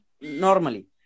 normally